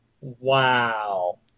Wow